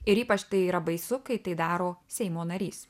ir ypač tai yra baisu kai tai daro seimo narys